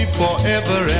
forever